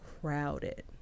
crowded